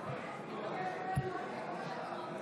בשמות חברי הכנסת)